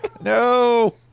No